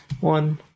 One